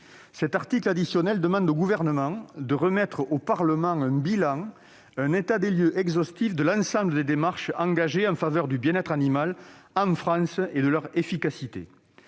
l'article 1,demandant au Gouvernement de remettre au Parlement un bilan, un état des lieux exhaustif de l'ensemble des démarches engagées en faveur du bien-être animal en France, pour évaluer leur efficacité.